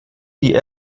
die